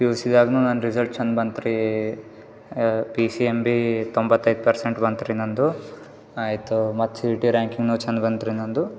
P U ಸಿದ್ ಆದಮೇಲೆ ನನ್ನ ರಿಸಲ್ಟ್ ಚಂದ ಬಂತು ರೀ ಪಿ ಸಿ ಎಂ ಬಿ ತೊಂಬತೈದು ಪರ್ಸೆಂಟ್ ಬಂತು ರೀ ನಂದು ಐತೂ ಮತ್ತು ಸಿ ಇ ಟಿ ರ್ಯಾಂಕಿಂಗ್ನು ಚಂದ ಬಂತ್ರಿ ನಂದು